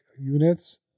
units